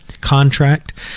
Contract